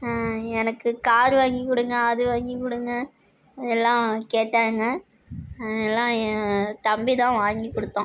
எனக்கு கார் வாங்கி கொடுங்க அது வாங்கி கொடுங்க அது எல்லாம் கேட்டாங்க எல்லாம் என் தம்பி தான் வாங்கி கொடுத்தான்